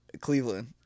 Cleveland